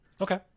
Okay